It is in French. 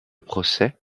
procès